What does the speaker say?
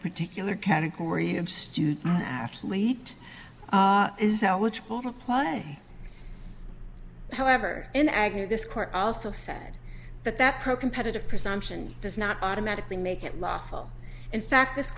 particular category of student athlete is eligible to apply however in the agora this court also said that that pro competitive presumption does not automatically make it lawful in fact this